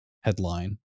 headline